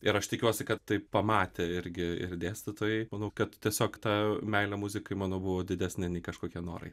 ir aš tikiuosi kad tai pamatė irgi ir dėstytojai manau kad tiesiog ta meilė muzikai mano buvo didesnė nei kažkokie norai